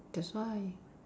that's why